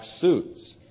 suits